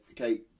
okay